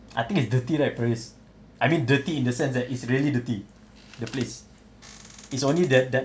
I think it's dirty right paris I mean dirty in the sense that it's really dirty the place is only that that